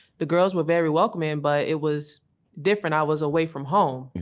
the girls were very welcoming but it was different. i was away from home.